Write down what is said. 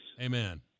Amen